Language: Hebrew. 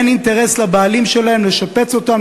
אין אינטרס לבעלים שלהם לשפץ אותם,